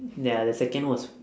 ya the second was